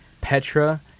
Petra